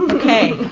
okay.